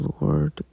Lord